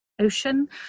Ocean